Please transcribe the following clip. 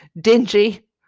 dingy